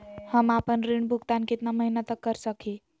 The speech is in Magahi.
हम आपन ऋण भुगतान कितना महीना तक कर सक ही?